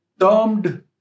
termed